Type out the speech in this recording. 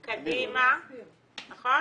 קדימה, נכון?